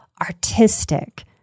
artistic